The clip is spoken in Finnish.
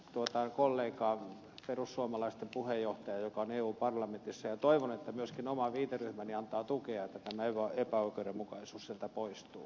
vistbackan kollegaan perussuomalaisten puheenjohtajaan joka on eu parlamentissa ja toivon että myöskin oma viiteryhmäni antaa tukea niin että tämä epäoikeudenmukaisuus sieltä poistuu